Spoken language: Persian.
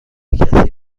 کسی